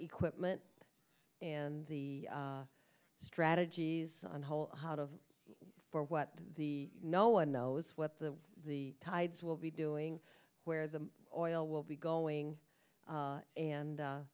equipment and the strategies on how out of four what the no one knows what the the tides will be doing where the oil will be going and